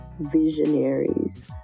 visionaries